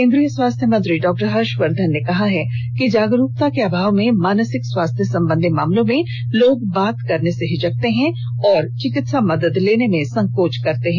केन्द्रीय स्वास्थ्य मंत्री डॉ हर्षवर्धन ने कहा कि जागरूकता के अभाव में मानसिक स्वास्थ्य संबंधी मामलों में लोग बात करने से हिचकते हैं और चिकित्सा मदद लेने में संकोच करते हैं